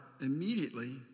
immediately